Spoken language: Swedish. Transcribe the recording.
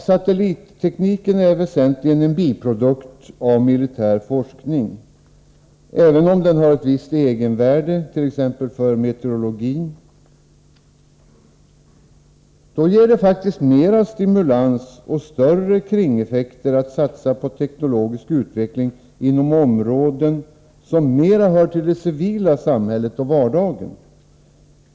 Satellittekniken är väsentligen en biprodukt av militär forskning, även om den har ett visst egenvärde för t.ex. meteorologin. Då ger det mera stimulans och större kringeffekter att satsa på teknologisk utveckling inom områden som mera hör till det civila samhället och vardagen.